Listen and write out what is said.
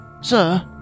Sir